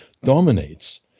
dominates